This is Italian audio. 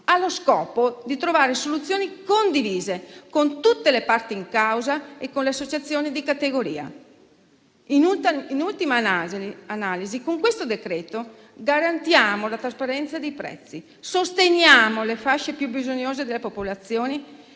allo scopo di trovare soluzioni condivise con tutte le parti in causa e con le associazioni di categoria. In ultima analisi, con questo decreto garantiamo la trasparenza dei prezzi, sosteniamo le fasce più bisognose della popolazione